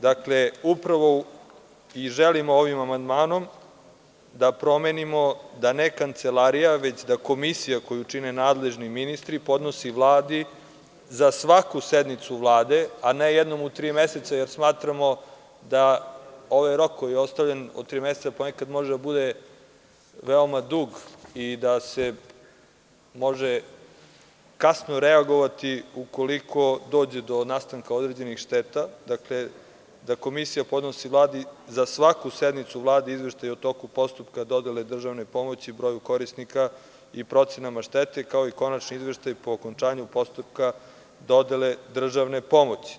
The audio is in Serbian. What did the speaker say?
Dakle, upravo i želim ovim amandmanom da promenimo da ne kancelarija, već da komisija koju čine nadležni ministri podnosi Vladi za svaku sednicu Vlade, a ne jednom u tri meseca, jer smatramo da ovaj rok koji ostavljen od tri meseca ponekad može da bude veoma dug i da se može kasno reagovati ukoliko dođe do nastanka određenih šteta, dakle, da komisija podnosi Vladi za svaku sednicu u Vladi, izveštaj u toku postupka, dodele državne pomoć, broju korisnika i procenama štete, kao i konačni izveštaj po okončanju postupka dodele državne pomoći.